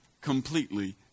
completely